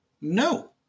No